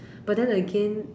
but then again